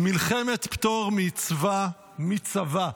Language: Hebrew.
"מלחמת פטור מצווה מצבא",